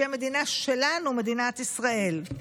שהיא המדינה שלנו, מדינת ישראל.